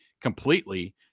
completely